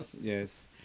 yes